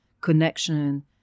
connection